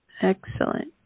Excellent